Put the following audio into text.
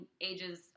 ages